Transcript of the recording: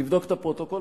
תבדוק את הפרוטוקול,